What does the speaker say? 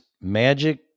magic